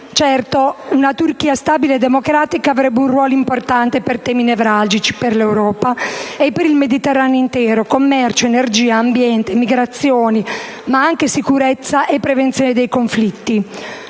Certo, una Turchia stabile e democratica avrebbe un ruolo importante per affrontare temi nevralgici per l'Europa e per l'intero Mediterraneo: commercio, energia, ambiente, migrazioni, ma anche sicurezza e prevenzione dei conflitti.